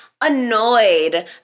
annoyed